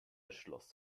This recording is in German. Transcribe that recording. schloss